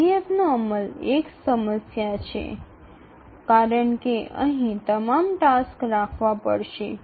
ઇડીએફનો અમલ એક સમસ્યા છે કારણ કે અહીં તમામ ટાસક્સ રાખવા પડશે